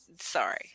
Sorry